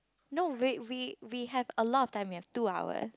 no wait we we have a lot of time we have two hour